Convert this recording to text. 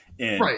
Right